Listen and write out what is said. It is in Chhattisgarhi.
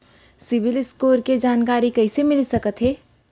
सिबील स्कोर के जानकारी कइसे मिलिस सकथे?